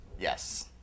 Yes